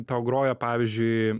tau groja pavyzdžiui